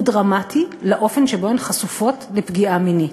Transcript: הוא דרמטי לאופן שבו הן חשופות לפגיעה מינית.